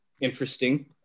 interesting